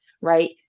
right